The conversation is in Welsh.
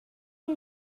yng